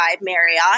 Marriott